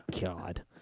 God